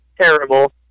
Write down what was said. terrible